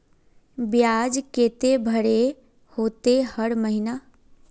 बियाज केते भरे होते हर महीना?